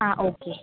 आं ओके